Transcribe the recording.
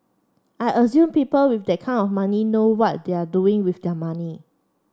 I assume people with that kind of money know what they're doing with their money